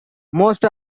most